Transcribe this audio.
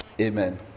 amen